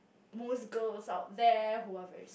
most girls out there who are very